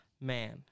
man